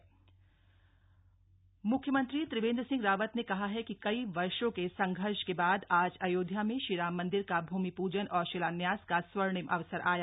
CM Ayodhya मुख्यमंत्री त्रिवेन्द्र सिंह रावत ने कहा है कि कई वर्षो के संघर्ष के बाद आज अयोध्या में श्रीराम मन्दिर का भूमि पूजन और शिलान्यास का स्वर्णिम अवसर आया